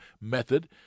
method